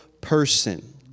person